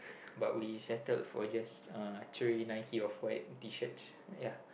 but we settled for just uh three Nike off-white T-shirts ya